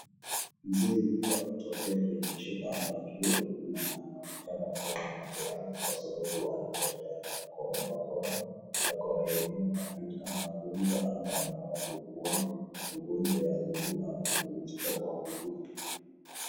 Mzee huyu ametokea kwenye choo ama vyoo na anaonekana kuwa na majeraha kwa sababu anatembea na bakora. Bakora yenyewe inatumika na wagonjwa ama wanaougua magonjwa ya miguu ama kuvunjika kwa miguu.